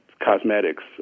cosmetics